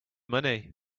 money